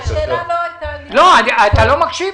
השאלה הייתה על פירוט מקצועי